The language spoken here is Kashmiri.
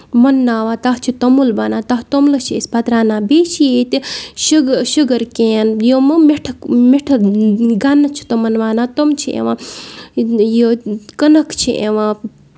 مُنناوان تَتھ چھُ توٚمُل بَنان تَتھ توٚملَس چھِ أسۍ پَتہٕ رَنان بیٚیہِ چھِ ییٚتہِ شُگر شُگر کٮ۪ن یِمَو مِٹھٕ مِٹھٕ گَنہٕ چھِ تِمَن وَنان تِم چھِ یِوان یہِ کٔنٕکۍ چھُ یِوان